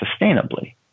sustainably